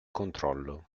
controllo